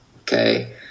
okay